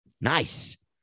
Nice